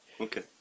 Okay